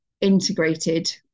integrated